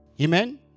Amen